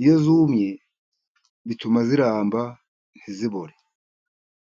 iyo yumye bituma aramba ntazabore.